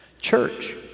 Church